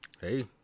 hey